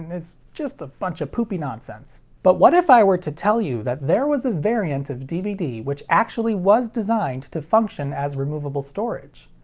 is just a bunch of poopy nonsense. but what if i were to tell you that there was a variant of dvd which actually was designed to function as removable storage?